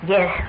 Yes